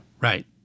right